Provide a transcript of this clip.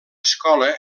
escola